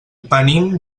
venim